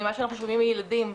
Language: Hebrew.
ממה שאנחנו שומעים מילדים,